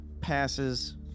passes